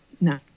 No